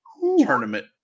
tournament